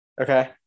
Okay